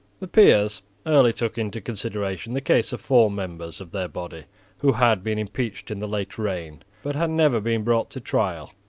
the peers early took into consideration the case of four members of their body who had been impeached in the late reign, but had never been brought to trial,